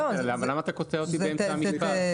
אבל למה אתה קוטע אותי באמצע המשפט?